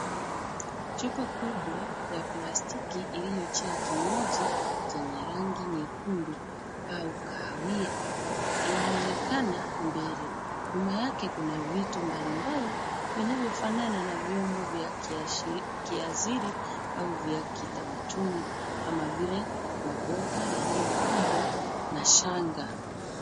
Chupa kubwa ya plastiki iliyojaa kinywaji chenye rangi nyekundu au kahawia inaonekana mbele. Nyuma yake, kuna vitu mbalimbali vinavyofanana na vyombo vya kiasili au vya kitamaduni kama vile, maboga yaliyopambwa na shanga.